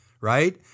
right